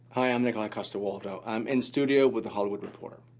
hi, i'm nikolaj coster-waldau. i'm in studio with the hollywood reporter.